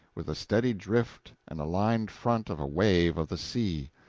with the steady drift and aligned front of a wave of the sea.